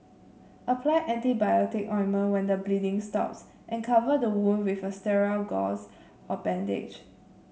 apply antibiotic ointment when the bleeding stops and cover the wound with a sterile gauze or bandage